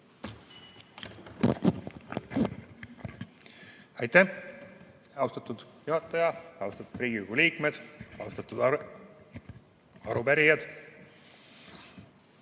Aitäh, austatud juhataja! Austatud Riigikogu liikmed! Austatud arupärijad!